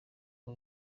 ngo